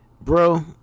Bro